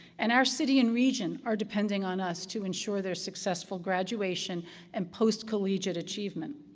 and our city and region are depending on us to ensure their successful graduation and post-collegiate achievement.